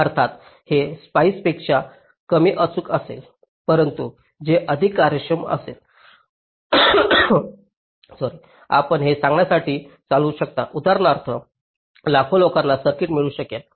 अर्थात हे स्पाईस पेक्षा कमी अचूक असेल परंतु ते अधिक कार्यक्षम असेल आपण हे सांगण्यासाठी चालवू शकता उदाहरणार्थ लाखो लोकांना सर्किट मिळू शकेल